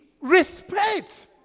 Respect